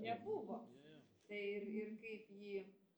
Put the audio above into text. tai ir ir kaip jį